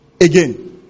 again